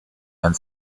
and